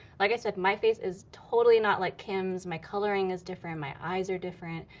like i said, my face is totally not like kim's. my coloring is different, my eyes are different.